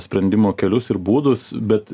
sprendimo kelius ir būdus bet